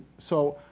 so,